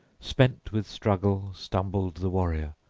spent with struggle, stumbled the warrior,